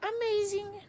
amazing